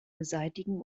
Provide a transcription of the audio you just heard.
beseitigen